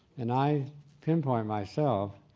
and i pinpoint myself